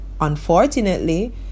Unfortunately